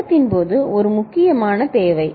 துவக்கத்தின் போது ஒரு முக்கியமான தேவை